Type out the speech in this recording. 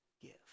give